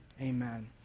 amen